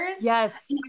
Yes